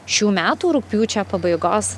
šių metų rugpjūčio pabaigos